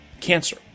cancer